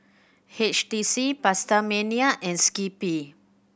H T C PastaMania and Skippy